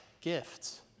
gifts